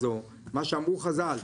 מה שאמרו חז"ל,